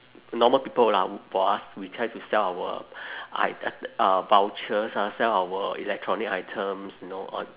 normal people lah for us we try to sell our i~ uh vouchers lah sell our electronic items you know all